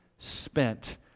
Spent